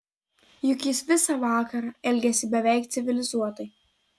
juk jis visą vakarą elgėsi beveik civilizuotai